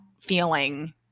feeling –